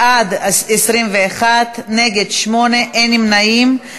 בעד, 21, נגד, 8, אין נמנעים.